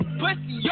pussy